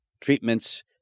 treatments